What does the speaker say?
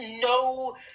no